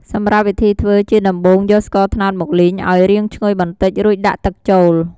សម្រាប់វិធីធ្វើ ជាដំបូង យកស្ករត្នោតមកលីង ឱ្យរាងឈ្ងុយបន្តិច រួចដាក់ទឹកចូល។